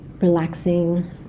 relaxing